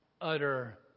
utter